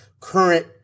current